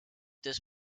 this